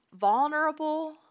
vulnerable